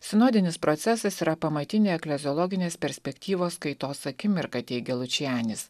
sinodinis procesas yra pamatinė ekleziologinės perspektyvos kaitos akimirka teigė lučianis